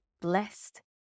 blessed